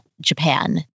Japan